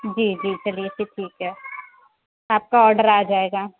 جی جی چلیے پھر ٹھیک ہے آپ کا آڈر آ جائے گا